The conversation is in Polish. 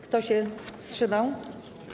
Kto się wstrzymał?